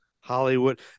Hollywood